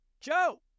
Joe